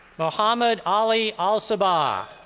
mohammed ali al-soba.